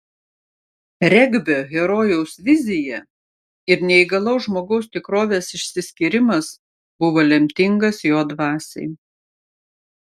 regbio herojaus vizija ir neįgalaus žmogaus tikrovės išsiskyrimas buvo lemtingas jo dvasiai